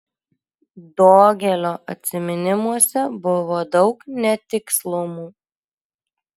dogelio atsiminimuose buvo daug netikslumų